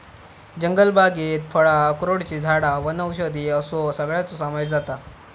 जंगलबागेत फळां, अक्रोडची झाडां वनौषधी असो सगळ्याचो समावेश जाता